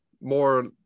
more